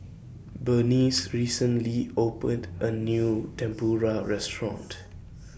Berniece recently opened A New Tempura Restaurant